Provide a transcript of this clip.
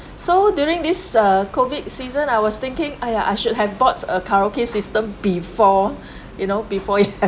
so during this uh COVID season I was thinking !aiya! I should have bought a karaoke system before you know before it